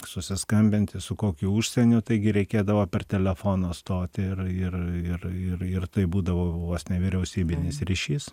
susiskambinti su kokiu užsieniu taigi reikėdavo per telefono stotį ir ir ir ir ir tai būdavo vos ne vyriausybinis ryšys